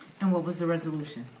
and what was the resolution?